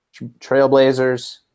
Trailblazers